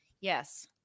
Yes